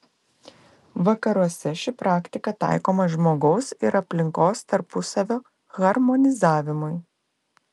vakaruose ši praktika taikoma žmogaus ir aplinkos tarpusavio harmonizavimui